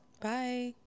Bye